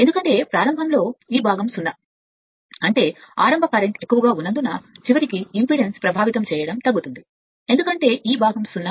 ఎందుకంటే ప్రారంభంలో ఈ భాగం iS0 అంటే ఆరంభ కరెంట్ ఎక్కువగా ఉన్నందున చివరికి ఇంపిడెన్స్ ప్రభావితం చేయడం తగ్గుతుంది ఎందుకంటే ఈ భాగం iS0 సరైనది